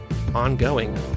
ongoing